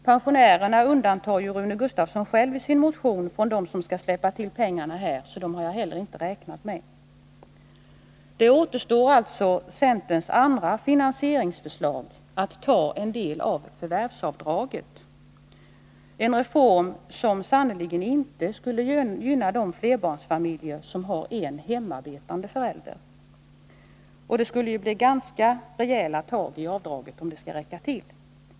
Pensionärerna undantar ju Rune Gustavsson själv i sin motion från dem som skall släppa till pengar, så dem har jag heller inte räknat med. Då återstår alltså centerns andra finansieringsförslag, nämligen att ta en del av förvärvsavdraget, en reform som sannerligen inte skulle gynna flerbarnsfamiljer med en hemarbetande förälder. Det skulle dessutom bli ganska rejäla tag i avdraget, om det skulle räcka till.